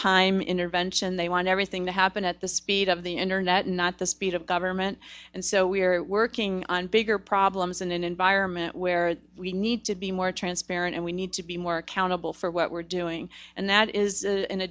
time intervention they want everything to happen at the speed of the internet not the speed of government and so we're working on bigger problems in an environment where we need to be more transparent and we need to be more accountable for what we're doing and that is